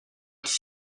its